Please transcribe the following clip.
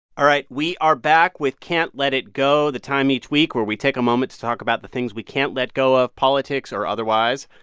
all right. we are back with can't let it go, the time each week where we take a moment to talk about the things we can't let go of, politics or otherwise.